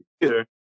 computer